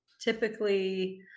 typically